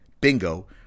Bingo